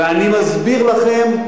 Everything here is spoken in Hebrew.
ואני מסביר לכם: